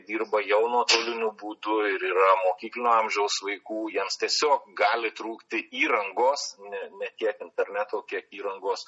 dirba jau nuotoliniu būdu ir yra mokyklinio amžiaus vaikų jiems tiesiog gali trūkti įrangos ne ne tiek interneto kiek įrangos